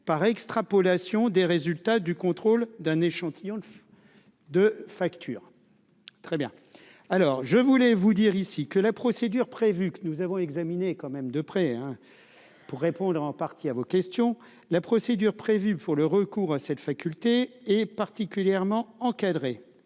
par extrapolation des résultats du contrôle d'un échantillon de de facture très bien alors je voulais vous dire ici que la procédure prévue, que nous avons examiné quand même de près hein pour répondre en partie à vos questions, la procédure prévue pour le recours à cette faculté est particulièrement encadrée